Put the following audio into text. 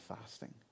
fasting